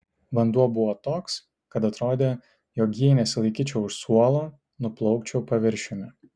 vanduo buvo toks kad atrodė jog jei nesilaikyčiau už suolo nuplaukčiau paviršiumi